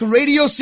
Radio